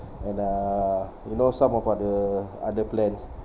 and uh you know some of other other plans